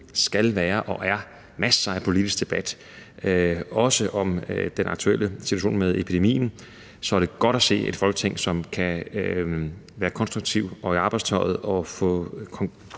skal være og er masser af politisk debat, også om den aktuelle situation med epidemien, så er det godt at se et Folketing, som kan være konstruktivt og i arbejdstøjet og blive